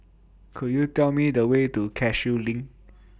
Could YOU Tell Me The Way to Cashew LINK